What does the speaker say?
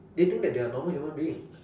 they think that they are normal human being